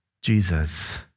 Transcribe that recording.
Jesus